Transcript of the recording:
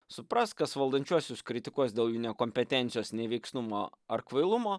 supras kas valdančiuosius kritikuos dėl jų nekompetencijos neveiksnumo ar kvailumo